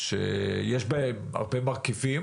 שיש בהם הרבה מרכיבים.